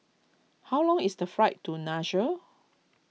how long is the flight to Nassau